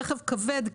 רכב כבד,